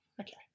okay